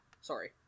sorry